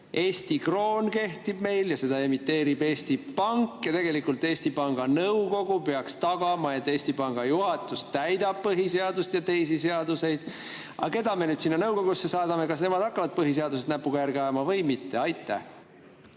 Eesti kroon kehtib meil ja seda emiteerib Eesti Pank. Ja tegelikult Eesti Panga Nõukogu peaks tagama, et Eesti Panga juhatus täidab põhiseadust ja teisi seadusi. Kas need, kelle me sinna nõukogusse saadame, hakkavad põhiseaduses näpuga järge ajama või mitte? Martin